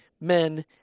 men